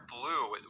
blue